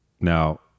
Now